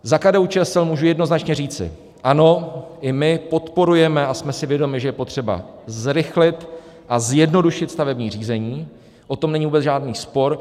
Za KDUČSL můžu jednoznačně říci ano, i my podporujeme a jsme si vědomí, že je potřeba zrychlit a zjednodušit stavební řízení, o tom není vůbec žádný spor.